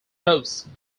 hosts